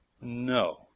no